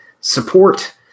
support